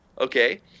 okay